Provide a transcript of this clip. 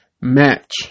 match